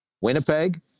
Winnipeg